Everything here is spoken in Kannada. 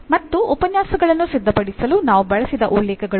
ಮತ್ತು ಉಪನ್ಯಾಸಗಳನ್ನು ಸಿದ್ಧಪಡಿಸಲು ನಾವು ಬಳಸಿದ ಉಲ್ಲೇಖಗಳು ಇವು